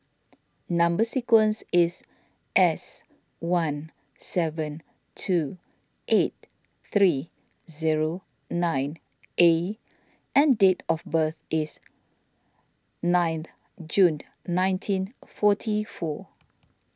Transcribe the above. Number Sequence is S one seven two eight three zero nine A and date of birth is nine June nineteen forty four